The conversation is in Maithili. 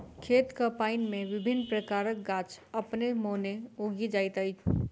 खेतक पानि मे विभिन्न प्रकारक गाछ अपने मोने उगि जाइत छै